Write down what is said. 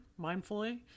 mindfully